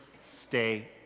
stay